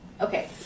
Okay